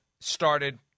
started